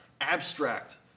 abstract